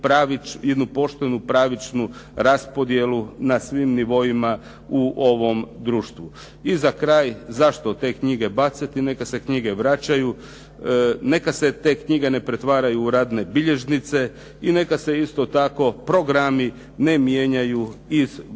I za kraj, zašto te knjige bacati? Neka se knjige vraćaju, neka se te knjige ne pretvaraju u radne bilježnice i neka se isto tako programi ne mijenjaju iz godine